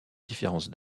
différence